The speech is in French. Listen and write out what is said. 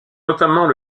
notamment